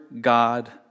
God